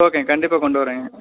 ஓகேங்க கண்டிப்பாக கொண்டு வரேங்க